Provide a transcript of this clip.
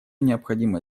необходимо